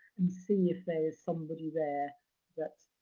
and see if there's somebody there that